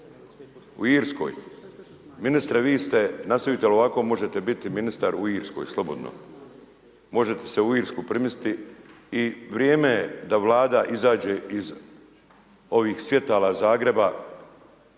u Irskoj. Ministre vi ste, nastavite li ovako možete biti ministar u Irskoj, slobodno. Možete se u Irsku premjestiti i vrijeme je da Vlada izađe iz ovih svjetala Zagreba